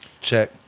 Check